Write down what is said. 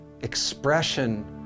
expression